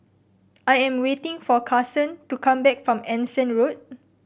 I am waiting for Karson to come back from Anson Road